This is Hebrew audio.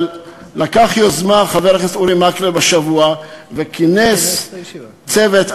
לקח יוזמה השבוע וכינס צוות,